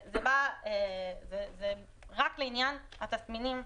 זה רק לעניין התסמינים,